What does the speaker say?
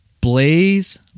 Blaze